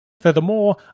Furthermore